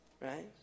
Right